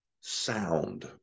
sound